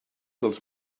dels